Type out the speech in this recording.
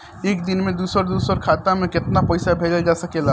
एक दिन में दूसर दूसर खाता में केतना पईसा भेजल जा सेकला?